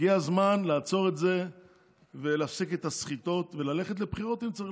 הגיע הזמן לעצור את זה ולהפסיק את הסחיטות וללכת לבחירות אם צריך.